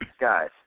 Guys